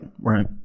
right